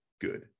good